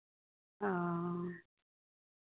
हँ